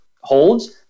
holds